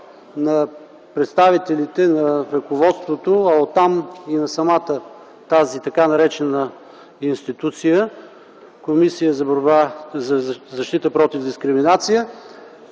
на представителите в ръководството, а оттам и на самата тази така наречена институция – Комисия за защита против дискриминация.